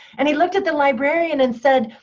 and he looked at the librarian and said,